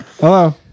Hello